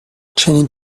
چنین